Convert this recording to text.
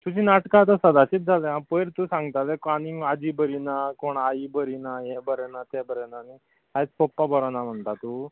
तुजी नाटकां आतां सदांचींच जाल्या आ पयर तूं सांगतालें आनीक आजी बरी ना कोण आई बरी ना कोण हें बरें ना कोण तें बरें ना आयज पप्पा बरो ना म्हणटा तूं